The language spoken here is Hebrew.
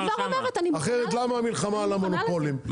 אחרת למה המלחמה על המונופולים,